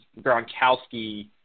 Gronkowski